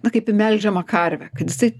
na kaip į melžiamą karvę kad jisai